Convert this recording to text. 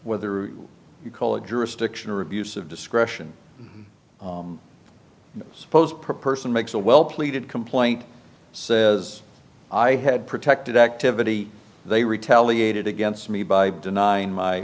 whether you call it jurisdiction or abuse of discretion suppose per person makes a well pleaded complaint says i had protected activity they retaliated against me by denying